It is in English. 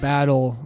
Battle